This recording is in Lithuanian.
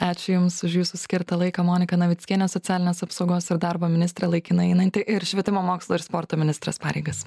ačiū jums už jūsų skirtą laiką monika navickienė socialinės apsaugos ir darbo ministrė laikinai einanti ir švietimo mokslo ir sporto ministrės pareigas